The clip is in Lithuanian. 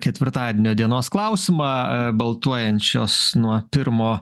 ketvirtadienio dienos klausimą baltuojančios nuo pirmo